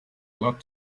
lot